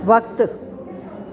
वक़्ति